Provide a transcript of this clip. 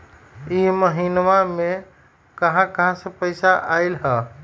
इह महिनमा मे कहा कहा से पैसा आईल ह?